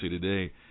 Today